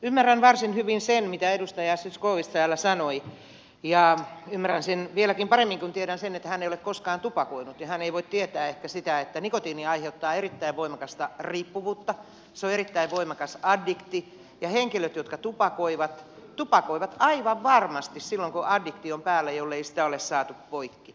ymmärrän varsin hyvin sen mitä edustaja zyskowicz täällä sanoi ja ymmärrän sen vieläkin paremmin kun tiedän että hän ei ole koskaan tupakoinut ja hän ei voi tietää ehkä sitä että nikotiini aiheuttaa erittäin voimakasta riippuvuutta se on erittäin voimakas addiktio ja henkilöt jotka tupakoivat tupakoivat aivan varmasti silloin kun addiktio on päällä jollei sitä ole saatu poikki